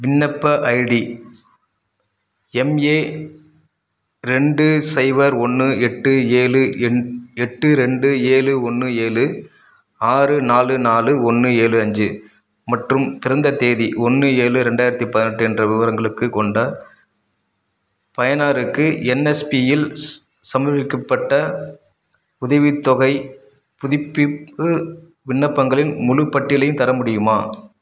விண்ணப்ப ID MA ரெண்டு சைபர் ஒன்று எட்டு ஏழு என் எட்டு ரெண்டு ஏழு ஒன்று ஏழு ஆறு நாலு நாலு ஒன்று ஏழு அஞ்சு மற்றும் பிறந்த தேதி ஒன்று ஏழு ரெண்டாயிரத்தி பதினெட்டு என்ற விவரங்களுக்கு கொண்ட பயனாருக்கு என்எஸ்பியில் ஸ் சம்மர்விக்கப்பட்ட உதவித்தொகைப் புதுப்பிப்பு விண்ணப்பங்களின் முழுப்பட்டியலையும் தர முடியுமா